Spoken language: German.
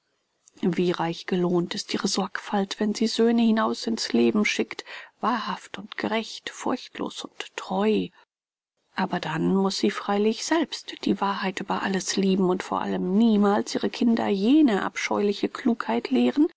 wie reich gelohnt ist ihre sorgfalt wenn sie söhne hinaus in's leben schickt wahrhaft und gerecht furchtlos und treu aber dann muß sie freilich selbst die wahrheit über alles lieben und vor allem niemals ihre kinder jene abscheuliche klugheit lehren